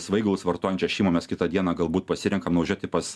svaigalus vartojančią šeimą mes kitą dieną galbūt pasirenkam nuvažiuoti pas